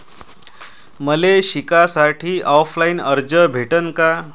मले शिकासाठी ऑफलाईन कर्ज भेटन का?